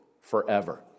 forever